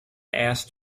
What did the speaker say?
asked